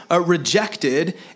rejected